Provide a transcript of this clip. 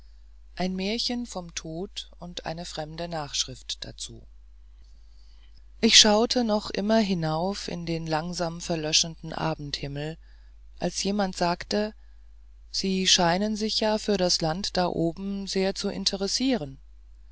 ein märchen vom tod und eine fremde nachschrift dazu ich schaute noch immer hinauf in den langsam verlöschenden abendhimmel als jemand sagte sie scheinen sich ja für das land da oben sehr zu interessieren